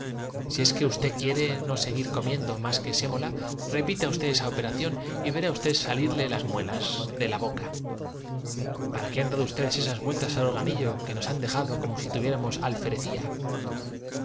si es que usté quiere no seguir comiendo más que sé mi mano yo te sabré conducir á países y edades en mola repita usted esa operación y verá usted salirle que la voluntad del tutor siendo ley para su pupila muelas de la boca para qué ha dado usted esas mal que te pese tendrás que llamarte mi esposa vueltas al organillo que nos ha dejado como si tuvié eso